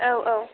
औ औ